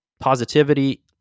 positivity